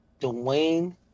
Dwayne